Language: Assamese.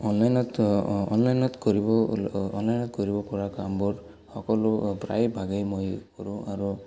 অনলাইনত অনলাইনত কৰিব অনলাইনত কৰিব পৰা কামবোৰ সকলো প্ৰায় ভাগেই মই কৰোঁ আৰু